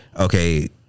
Okay